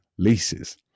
leases